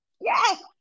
Yes